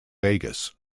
vegas